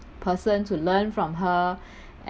person to learn from her